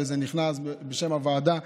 וזה נכנס בשם הוועדה.